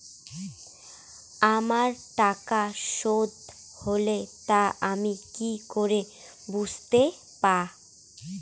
আমার টাকা শোধ হলে তা আমি কি করে বুঝতে পা?